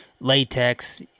latex